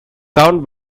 count